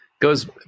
goes